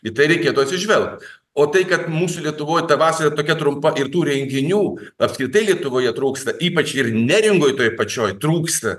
į tai reikėtų atsižvelgt o tai kad mūsų lietuvoj ta vasara tokia trumpa ir tų renginių apskritai lietuvoje trūksta ypač ir neringoj toj pačioj trūksta